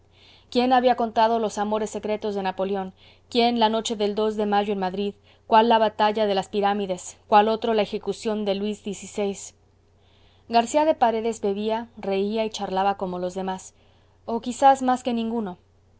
quién había contado los amores secretos de napoleón quién la noche del de mayo en madrid cuál la batalla de las pirámides cuál otro la ejecución de luis xvi garcía de paredes bebía reía y charlaba como los demás o quizás más que ninguno